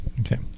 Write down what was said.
Okay